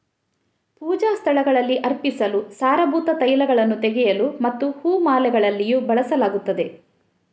ಪೂಜಾ ಸ್ಥಳಗಳಲ್ಲಿ ಅರ್ಪಿಸಲು, ಸಾರಭೂತ ತೈಲಗಳನ್ನು ತೆಗೆಯಲು ಮತ್ತು ಹೂ ಮಾಲೆಗಳಲ್ಲಿಯೂ ಬಳಸಲಾಗುತ್ತದೆ